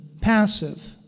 passive